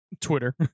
Twitter